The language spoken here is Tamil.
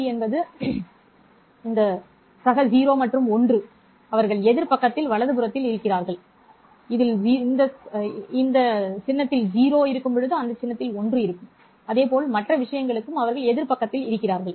பி இந்த சக 0 மற்றும் 1 அவர்கள் எதிர் பக்கத்தில் வலதுபுறத்தில் இருக்கிறார்கள் அதேபோல் மற்ற விஷயங்களுக்கும் அவர்கள் எதிர் பக்கத்தில் இருக்கிறார்கள்